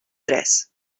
tres